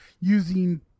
using